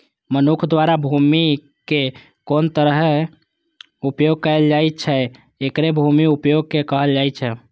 मनुक्ख द्वारा भूमिक कोन तरहें उपयोग कैल जाइ छै, एकरे भूमि उपयोगक कहल जाइ छै